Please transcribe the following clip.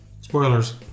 spoilers